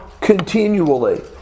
continually